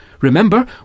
Remember